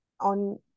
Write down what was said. on